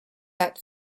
that